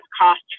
cost